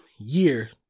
year